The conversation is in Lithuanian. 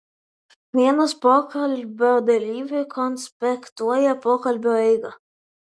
vienas pokalbio dalyvių konspektuoja pokalbio eigą